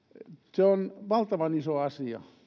se on valtavan iso asia